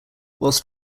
whilst